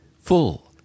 full